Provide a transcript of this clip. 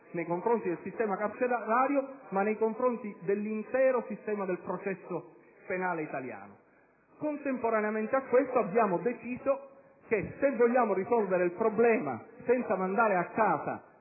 nei confronti del sistema carcerario, ma dell'intero sistema del processo penale italiano. Contemporaneamente a questo, abbiamo deciso che se vogliamo risolvere il problema senza mandare a casa